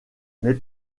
mais